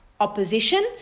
opposition